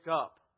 up